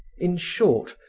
in short,